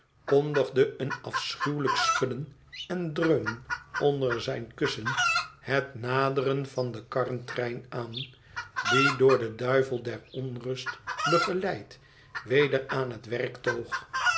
kondigde een afschuwelijk schudden en dreunen onder zijn kussen het naderen van den karrentrein aan die door den duivel der onrust begeleid weder aan het werk